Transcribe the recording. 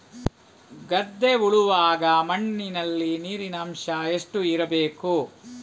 ಗದ್ದೆ ಉಳುವಾಗ ಮಣ್ಣಿನಲ್ಲಿ ನೀರಿನ ಅಂಶ ಎಷ್ಟು ಇರಬೇಕು?